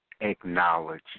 acknowledge